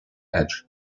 edge